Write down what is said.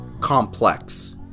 complex